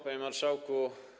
Panie Marszałku!